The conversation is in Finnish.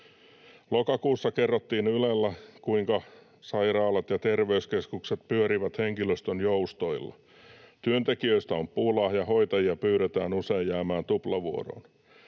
Lokakuussa kerrottiin Ylellä, kuinka sairaalat ja terveyskeskukset pyörivät henkilöstön joustoilla. Työntekijöistä on pula, ja hoitajia pyydetään usein jäämään tuplavuoroihin.